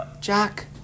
Jack